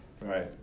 Right